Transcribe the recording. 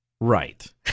Right